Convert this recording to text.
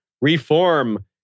reform